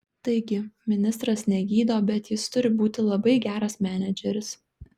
taigi ministras negydo bet jis turi būti labai geras menedžeris